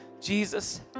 Jesus